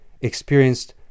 experienced